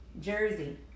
Jersey